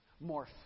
more